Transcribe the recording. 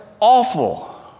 awful